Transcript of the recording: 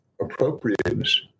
appropriateness